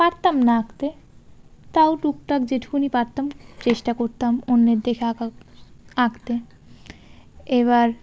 পারতাম না আঁকতে তাও টুকটাক যেটুকুনি পারতাম চেষ্টা করতাম অন্যের দেখে আঁকা আঁকতে এবার